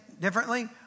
differently